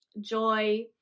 joy